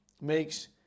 makes